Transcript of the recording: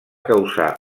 causar